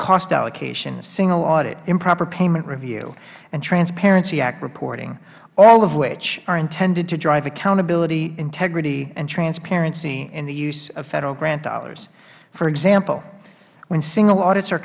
cost allocation single audit improper payment review and transparency act reporting all of which are intended to drive accountability integrity and transparency in the use of federal grant dollars for example when single audit